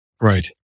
Right